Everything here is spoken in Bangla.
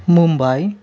মুম্বাই